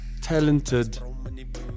talented